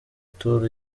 tours